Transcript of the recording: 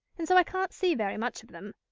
and so i can't see very much of them,